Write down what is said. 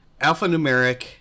alphanumeric